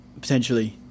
potentially